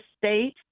state